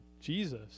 Jesus